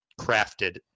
crafted